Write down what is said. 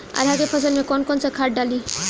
अरहा के फसल में कौन कौनसा खाद डाली?